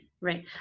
Right